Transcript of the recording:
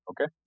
Okay